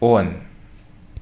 on